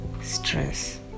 stress